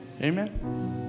Amen